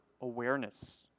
awareness